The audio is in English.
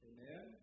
Amen